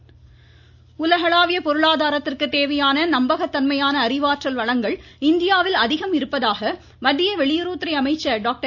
ஜெய்சங்கர் உலகளாவிய பொருளாதாரத்திற்கு தேயான நம்பகத்தன்மையான அறிவாற்றல் வளங்கள் இந்தியாவில் அதிகம் இருப்பதாக மத்திய வெளியுறவுத்துறை அமைச்சர் டாக்டர்